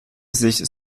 sich